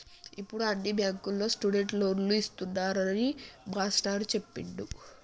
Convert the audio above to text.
ఇప్పుడు అన్ని బ్యాంకుల్లో స్టూడెంట్ లోన్లు ఇస్తున్నారని మాస్టారు చెప్పిండు